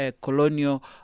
colonial